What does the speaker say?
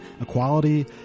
equality